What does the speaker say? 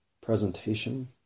presentation